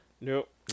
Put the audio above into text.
Nope